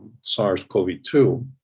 SARS-CoV-2